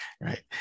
right